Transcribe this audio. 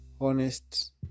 honest